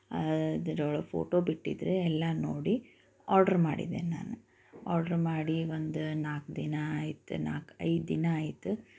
ಅದ್ರೊಳಗೆ ಫೋಟೋ ಬಿಟ್ಟಿದ್ರು ಎಲ್ಲ ನೋಡಿ ಆರ್ಡರ್ ಮಾಡಿದೇನ ನಾನು ಆರ್ಡರ್ ಮಾಡಿ ಒಂದು ನಾಲ್ಕು ದಿನ ಆಯ್ತು ನಾಲ್ಕು ಐದು ದಿನ ಆಯ್ತು